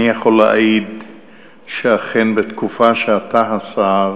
אני יכול להעיד שאכן בתקופה שאתה השר